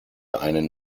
einen